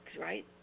right